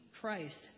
Christ